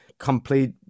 complete